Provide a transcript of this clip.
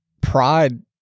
pride